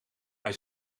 hij